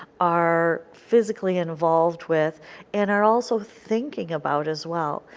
are physically involved with and are also thinking about as well.